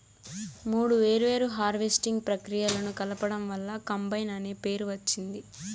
మూడు వేర్వేరు హార్వెస్టింగ్ ప్రక్రియలను కలపడం వల్ల కంబైన్ అనే పేరు వచ్చింది